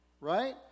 right